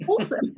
awesome